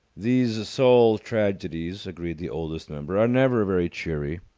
these soul tragedies, agreed the oldest member, are never very cheery.